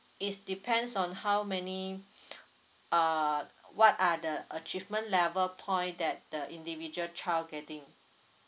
is depends on how many uh what are the achievement level point that the individual child getting